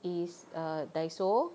is err Daiso